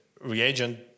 Reagent